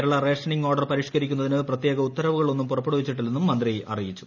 Kerala rationing order പ്പരിഷ്ക്കരിക്കുന്നതിന് പ്രത്യേക ഉത്തരവുകൾ ഒന്നും പുറപ്പെടുവിച്ചിട്ടില്ലെന്നും മന്ത്രി സഭയിൽ അറിയിച്ചു